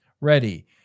Ready